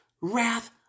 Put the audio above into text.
wrath